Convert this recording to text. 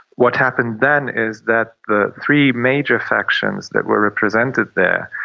what happened then is that the three major factions that were represented there,